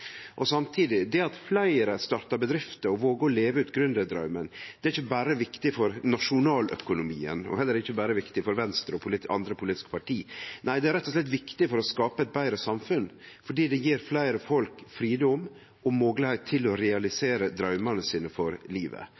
Og samtidig: Det at fleire startar bedrifter og våger å leve ut gründer-draumen, det er ikkje berre viktig for nasjonaløkonomien – og heller ikkje berre viktig for Venstre og andre politiske parti. Nei, det er rett og slett viktig for å skape eit betre samfunn, fordi det gir fleire folk fridom og moglegheiter til å realisere draumane sine for livet.